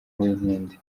uwinkindi